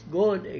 good